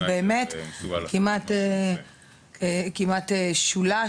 ובאמת המחיר מעל גיל 18 כמעט שולש,